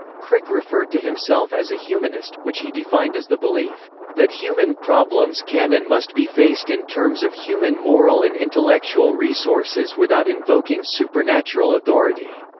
crick referred to himself as a humanist, which he defined as the belief that human problems can and must be faced in terms of human moral and intellectual resources without invoking supernatural authority.